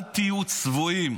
אל תהיו צבועים.